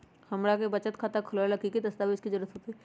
हमरा के बचत खाता खोलबाबे ला की की दस्तावेज के जरूरत होतई?